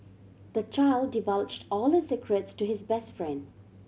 the child divulged all his secrets to his best friend